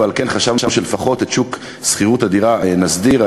ועל כן חשבנו שלפחות את שוק שכירות הדירות נסדיר.